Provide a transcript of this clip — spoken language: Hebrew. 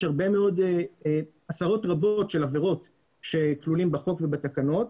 יש עשרות רבות של עבירות הכלולות בחוק ובתקנות,